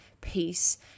peace